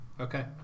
Okay